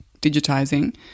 digitizing